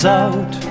out